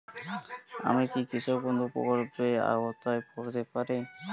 আমি কি কৃষক বন্ধু প্রকল্পের আওতায় পড়তে পারি?